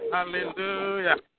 Hallelujah